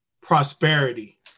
prosperity